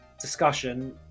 discussion